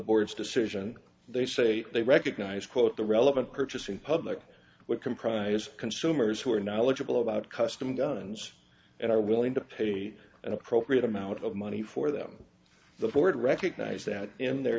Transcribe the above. board's decision they say they recognize quote the relevant purchasing public would comprise consumers who are knowledgeable about custom guns and are willing to pay an appropriate amount of money for them the board recognize that in their